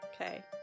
Okay